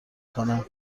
کنم